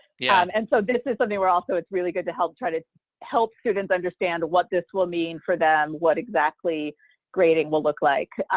yeah and and so this is something where also it's really good to help try to help students understand what this will mean for them, what exactly grading will look like,